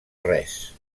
res